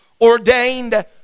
ordained